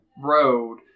road